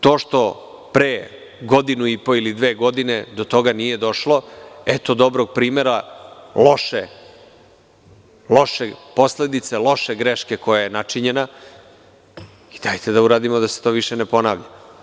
To što pre godinu i po ili dve godine do toga nije došlo, eto dobrog primera loše posledice loše greške koja je načinjena i dajte da uradimo da se to više ne ponavlja.